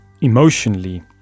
Emotionally